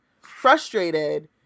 frustrated